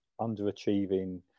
underachieving